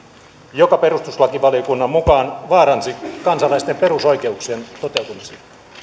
joka perustuslakivaliokunnan mukaan vaaransi kansalaisten perusoikeuksien toteutumisen